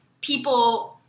people